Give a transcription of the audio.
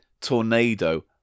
Tornado